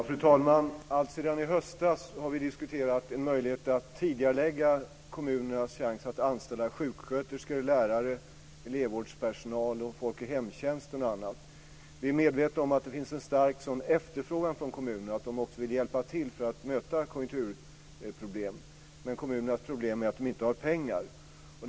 Fru talman! Alltsedan i höstas har vi diskuterat en möjlighet att tidigarelägga kommunernas chans att anställa sjuksköterskor, lärare, elevvårdspersonal, folk i hemtjänsten osv. Vi är medvetna om att det finns en stark sådan efterfrågan och att kommunerna vill hjälpa till för att möta konjunkturproblemen. Dock är kommunernas problem att de inte har pengar.